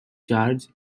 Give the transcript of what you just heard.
charge